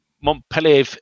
Montpellier